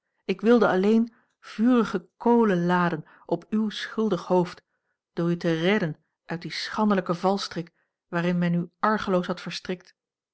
ik wilde alleen vurige kolen laden op uw schuldig hoofd door u te redden uit dien schandelijken valstrik waarin men u argeloos had verstrikt